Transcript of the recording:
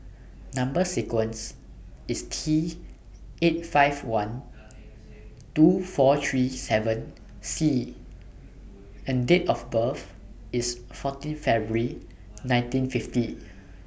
Number sequence IS T eight five one two four three seven C and Date of birth IS fourteen February nineteen fifty